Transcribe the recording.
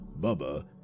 Bubba